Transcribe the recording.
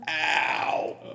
Ow